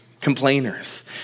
complainers